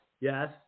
yes